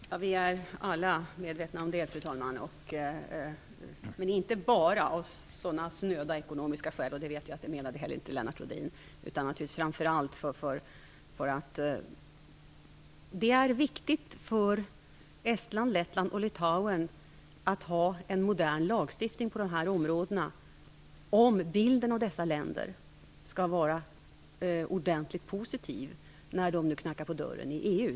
Fru talman! Det är vi alla medvetna om. Men våra skäl är inte bara snöda ekonomiska, och det vet jag att Lennart Rhodin inte heller menade. Det är viktigt för Estland, Lettland och Litauen att ha en modern lagstiftning på detta område, om bilden av dessa länder skall vara positiv när de nu knackar på dörren till EU.